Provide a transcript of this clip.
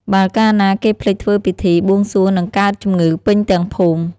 បើកាលណាគេភ្លេចធ្វើពិធី បួងសួងនឹងកើតជំងឺពេញទាំងភូមិ ។